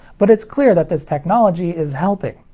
but it's clear that this technology is helping.